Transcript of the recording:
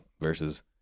versus